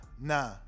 nah